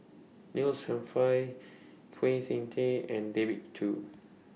Neil Humphreys Kwek Siew Jin and David Kwo